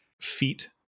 feet